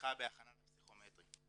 לתמיכה בהכנה לפסיכומטרי.